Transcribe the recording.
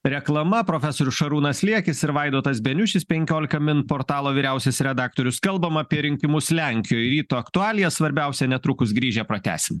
reklama profesorius šarūnas liekis ir vaidotas beniušis penkiolika min portalo vyriausias redaktorius kalbam apie rinkimus lenkijoj ryto aktualija svarbiausia netrukus grįžę pratęsim